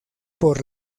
por